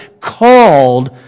called